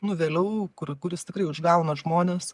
nu vėliau kur kur jis tikrai užgauna žmones